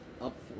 up